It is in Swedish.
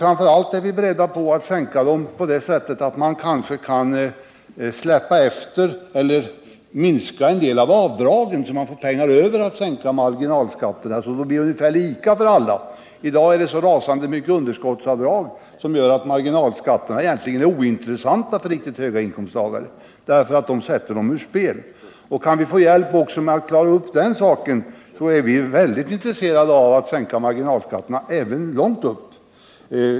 Framför allt är vi beredda att sänka dem på det sättet att en del av avdragen minskas, så att det blir pengar över att sänka marginalskatterna. Då kan det bli ungefär lika för alla. I dag är det så oerhört många underskottsavdrag att marginalskatterna egentligen är ointressanta för riktigt höga inkomsttagare, som sätter dem ur spel. Kan vi få hjälp med att klara av den saken, är vi mycket intresserade av att sänka marginalskatterna, och det även långt upp.